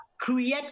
create